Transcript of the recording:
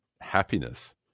happiness